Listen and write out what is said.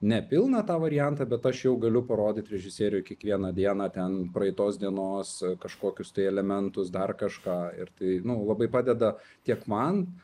nepilną tą variantą bet aš jau galiu parodyt režisieriui kiekvieną dieną ten praeitos dienos kažkokius tai elementus dar kažką ir tai nu labai padeda tiek man